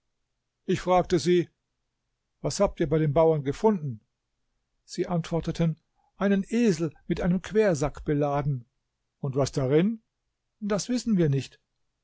ich fragte sie was habt ihr bei dem bauern gefunden sie antworteten einen esel mit einem quersack beladen und was darin das wissen wir nicht